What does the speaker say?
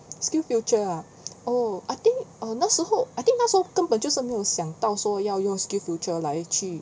SkillsFuture ah oh I think err 那时候 I think 那时候根本就是没有想到说要用 SkillsFuture 来去